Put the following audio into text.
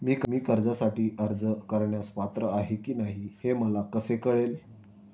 मी कर्जासाठी अर्ज करण्यास पात्र आहे की नाही हे मला कसे कळेल?